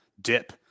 dip